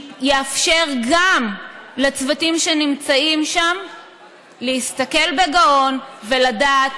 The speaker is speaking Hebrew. יאפשר גם לצוותים שנמצאים שם להסתכל בגאון ולדעת